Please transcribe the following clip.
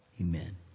amen